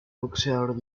boxeador